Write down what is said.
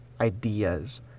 ideas